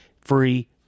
free